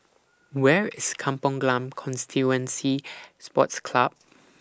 Where IS Kampong Glam Constituency Sports Club